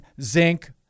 zinc